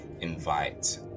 invite